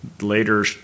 later